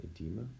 edema